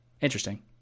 interesting